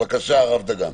בבקשה, הרב דגן.